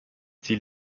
sie